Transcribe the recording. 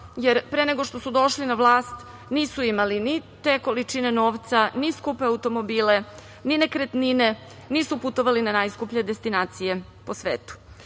jer pre nego što su došli na vlast nisu imali ni te količine novca, ni skupe automobile, ni nekretnine, nisu putovali na najskuplje destinacije po svetu.